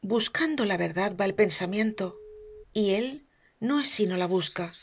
buscando la verdad va el pensamiento y él no es si no la busca